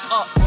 up